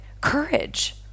courage